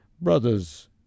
brothers